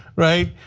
right?